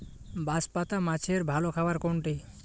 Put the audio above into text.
বাঁশপাতা মাছের ভালো খাবার কোনটি?